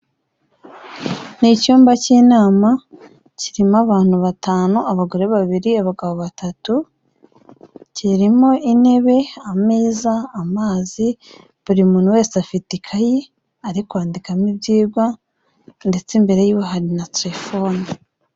Ni icyumba cy'inama, kirimo abantu batanu, abagore babiri, abagabo batatu, kirimo intebe, ameza, amazi, buri muntu wese afite ikayi ari kwandikamo ibyigwa, ndetse imbere yiwe hari na terefone.